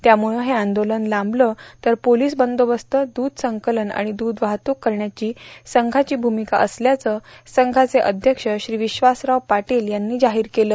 त्यामुळं हे आंदोलन लांबलं तर पोलीस बंदोबस्त दूध संकलन आणि दूध वाहतूक करण्याची संघाची भूमिका असल्याचं संघाचे अध्यक्ष श्री विश्वासराव पाटील यांनी जाहीर केलं